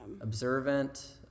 Observant